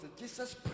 Jesus